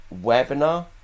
webinar